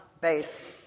base